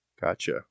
Gotcha